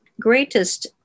greatest